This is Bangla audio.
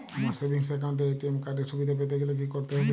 আমার সেভিংস একাউন্ট এ এ.টি.এম কার্ড এর সুবিধা পেতে গেলে কি করতে হবে?